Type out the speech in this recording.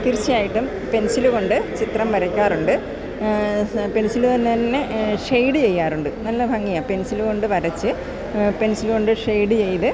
തീർച്ചയായിട്ടും പെൻസില് കൊണ്ട് ചിത്രം വരയ്ക്കാറുണ്ട് പെൻസില് ലന്നെ ഷെയ്ഡ് ചെയ്യാറുണ്ട് നല്ല ഭംഗിയാ പെൻസില് കൊണ്ട് വരച്ച് പെൻസില് കൊണ്ട് ഷെയ്ഡ് ചെയ്ത്